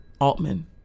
Altman